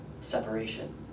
separation